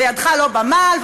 וידך לא הייתה במעל,